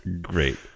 great